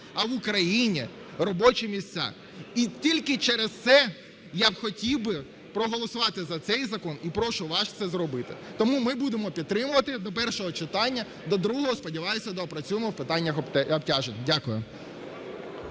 а в Україні робочі місця. І тільки через це я хотів би проголосувати за цей закон, і прошу вас це зробити. Тому ми будемо підтримувати до першого читання. До другого, сподіваюся, доопрацюємо в питаннях обтяжень. Дякую.